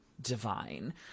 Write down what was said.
divine